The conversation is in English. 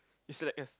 is like us